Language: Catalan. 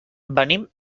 venim